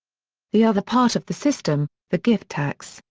the other part of the system, the gift tax,